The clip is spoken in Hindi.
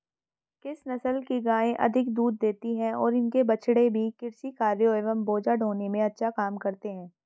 किस नस्ल की गायें अधिक दूध देती हैं और इनके बछड़े भी कृषि कार्यों एवं बोझा ढोने में अच्छा काम करते हैं?